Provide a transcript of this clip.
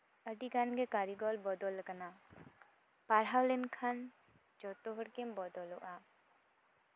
ᱟᱹᱰᱤᱜᱟᱱ ᱜᱮ ᱠᱟᱨᱤᱜᱚᱞ ᱵᱚᱫᱚᱞ ᱠᱟᱱᱟ ᱯᱟᱲᱦᱟᱣ ᱞᱮᱱᱠᱷᱟᱱ ᱡᱚᱛᱚ ᱦᱚᱲᱜᱮᱢ ᱵᱚᱫᱚᱞᱚᱜᱼᱟ